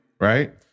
right